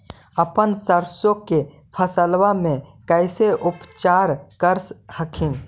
अपन सरसो के फसल्बा मे कैसे उपचार कर हखिन?